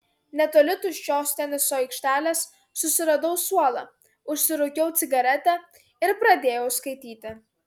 netoli tuščios teniso aikštelės susiradau suolą užsirūkiau cigaretę ir pradėjau skaityti